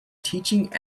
teaching